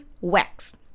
wax